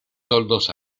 toldos